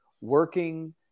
working